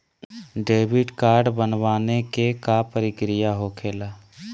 Debit card बनवाने के का प्रक्रिया होखेला?